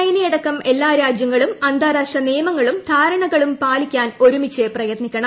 ചൈനയടക്കം എല്ലാ രാജ്യങ്ങളും അന്താരാഷ്ട്ര നിയമങ്ങളും ധാരണകളും പാലിക്കാൻ ഒരുമിച്ച് പ്രയത്നിക്കണം